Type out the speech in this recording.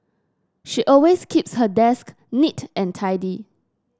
she always keeps her desk neat and tidy